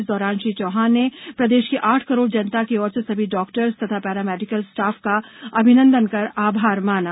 इस दौरान श्री चौहान ने प्रदेश की आठ करोड़ जनता की ओर से सभी डॉक्टर्स तथा पैरामेडिकल स्टाफ का अभिनंदन कर आभार माना